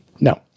no